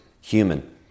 human